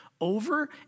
over